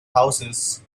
houses